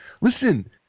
listen